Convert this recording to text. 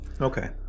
Okay